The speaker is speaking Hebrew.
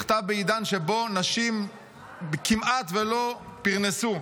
הוא נכתב בעידן שבו נשים כמעט ולא פרנסו.